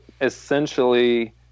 essentially